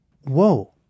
Whoa